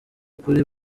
ukuri